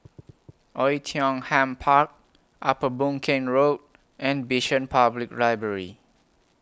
Oei Tiong Ham Park Upper Boon Keng Road and Bishan Public Library